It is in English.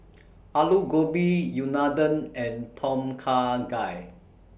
Alu Gobi Unadon and Tom Kha Gai